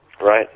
Right